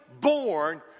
born